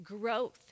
growth